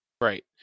Right